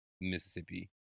mississippi